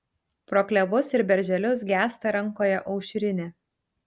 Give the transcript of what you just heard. pro klevus ir berželius gęsta rankoje aušrinė